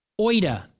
oida